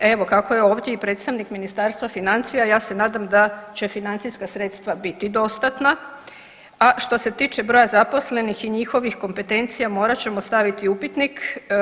Evo kako je ovdje i predstavnik Ministarstva financija ja se nadam da će financijska sredstva biti dostatna, a što se tiče broja zaposlenih i njihovih kompetencija morat ćemo staviti upitnik.